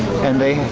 and they.